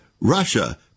Russia